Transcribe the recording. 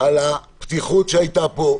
על הפתיחות שהייתה כאן,